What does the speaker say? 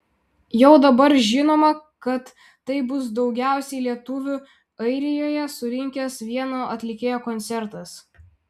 jau dabar žinoma kad tai bus daugiausiai lietuvių airijoje surinkęs vieno atlikėjo koncertas